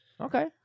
okay